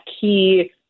key